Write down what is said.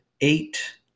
eight